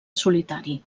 solitari